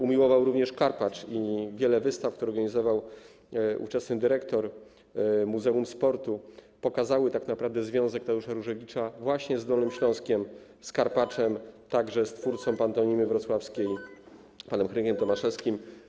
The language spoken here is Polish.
Umiłował również Karpacz i wiele wystaw, które organizował ówczesny dyrektor muzeum sportu, pokazało tak naprawdę związek Tadeusza Różewicza właśnie z Dolnym Śląskiem, z Karpaczem, także z twórcą pantomimy wrocławskiej, panem Henrykiem Tomaszewskim.